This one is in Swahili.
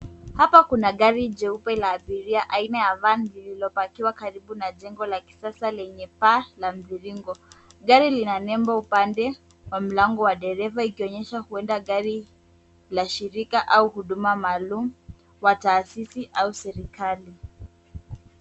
Hapa kuna gari jeupe la abiria aina ya van lililopakiwa karibu na jengo la kisasa lenye paa la mviringo. Gari lina nembo upande wa mlango wa dereva ikionyesha huenda gari la shirika au huduma maalum wa taasisi au serikali.